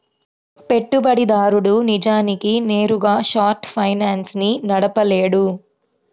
పెట్టుబడిదారుడు నిజానికి నేరుగా షార్ట్ ఫైనాన్స్ ని నడపలేడు